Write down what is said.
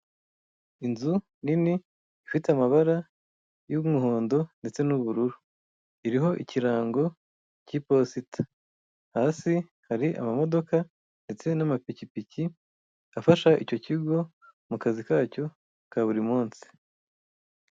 Inzu nini ifite amabara y'umuhondo ndetse n'ubururu, iriho ikirango cy'iposita. Hasi hari amamodoka ndetse n'amapikipiki afasha icyo kigo mu kazi kacyo ka buri munsi.